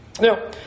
Now